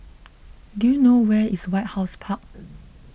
do you know where is White House Park